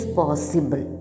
possible